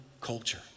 culture